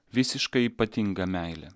visiškai ypatingą meilę